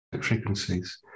frequencies